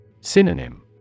Synonym